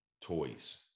toys